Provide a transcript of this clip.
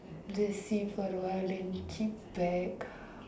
just see for awhile then keep back